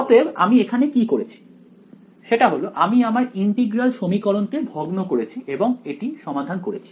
অতএব আমি এখানে কি করেছি সেটা হল আমি আমার ইন্টিগ্রাল সমীকরণকে ভগ্ন করেছি এবং এটি সমাধান করেছি